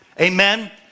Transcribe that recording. Amen